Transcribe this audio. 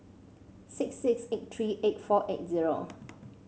six six eight three eight four eight zero